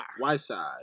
Whiteside